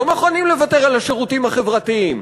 לא מוכנים לוותר על השירותים החברתיים.